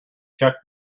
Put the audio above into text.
check